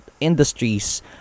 industries